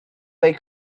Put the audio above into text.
they